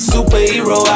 Superhero